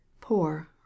Poor